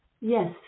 yes